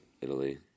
Italy